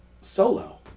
Solo